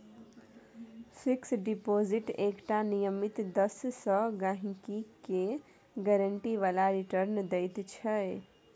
fix deposit एकटा नियमित दर सँ गहिंकी केँ गारंटी बला रिटर्न दैत छै